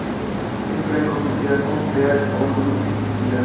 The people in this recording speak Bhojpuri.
स्टेट बैंक ऑफ़ इंडिया कम बियाज पअ लोन भी देत बिया